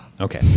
Okay